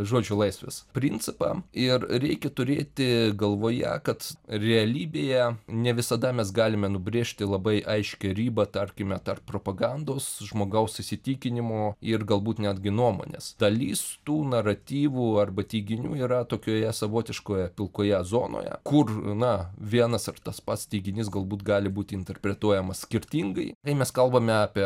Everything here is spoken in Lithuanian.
žodžio laisvės principą ir reikia turėti galvoje kad realybėje ne visada mes galime nubrėžti labai aiškią ribą tarkime tarp propagandos žmogaus įsitikinimų ir galbūt netgi nuomonės dalis tų naratyvų arba teiginių yra tokioje savotiškoje pilkoje zonoje kur na vienas ar tas pats teiginys galbūt gali būti interpretuojamas skirtingai kai mes kalbame apie